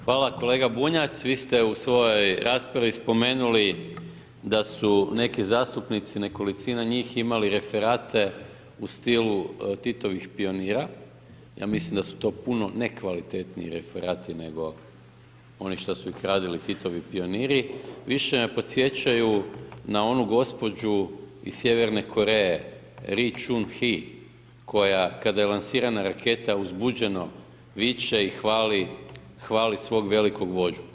Hvala kolega Bunjac vi ste u svojoj raspravi spomenuli da su neki zastupnici, nekolicina njih imali referate u stilu Titovih pionira, ja mislim da su to puno ne kvalitetniji referati nego oni što su ih radili Titovi pioniri, više me podsjećaju na onu gospođu iz Sjeverne Koreje Ri Čun Hi koja kada je lansirana raketa uzbuđeno viče i hvali i hvali svog velikog vođu.